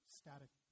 static